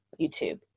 YouTube